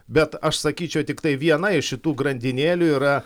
bet aš sakyčiau tiktai viena iš šitų grandinėlių yra